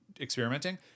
experimenting